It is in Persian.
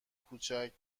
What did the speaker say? کوچک